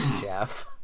Jeff